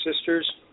sisters